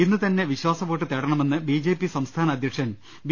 ഇന്നുതന്നെ വിശ്വാസവോട്ട് തേടണമെന്ന് ബി ജെ പി സംസ്ഥാന അധ്യക്ഷൻ ബി